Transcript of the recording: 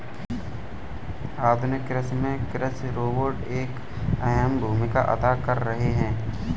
आधुनिक कृषि में कृषि रोबोट एक अहम भूमिका अदा कर रहे हैं